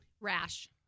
Rash